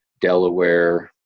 Delaware